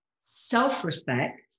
self-respect